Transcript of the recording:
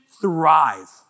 thrive